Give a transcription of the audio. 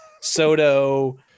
Soto